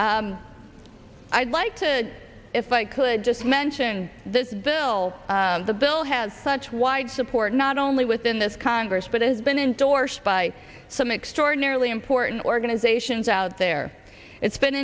i'd like to if i could just mention this bill the bill has such wide support not only within this congress but it has been endorsed by some extraordinarily important organizations out there it's been